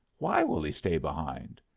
why will he stay behind?